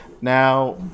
Now